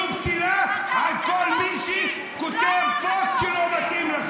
אתה רוצה טרוריסטים?